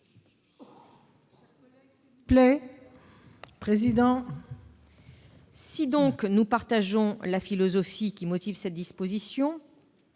Si nous partageons la philosophie qui motive cette disposition,